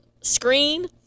screen